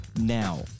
now